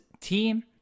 team